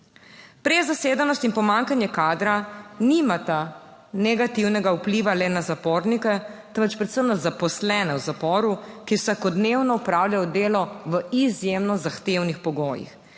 Prezasedenost in pomanjkanje kadra nimata negativnega vpliva le na zapornike, temveč predvsem na zaposlene v zaporu, ki vsakodnevno opravljajo delo v izjemno zahtevnih pogojih,